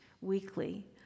weekly